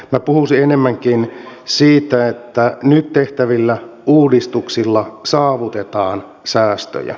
minä puhuisin enemmänkin siitä että nyt tehtävillä uudistuksilla saavutetaan säästöjä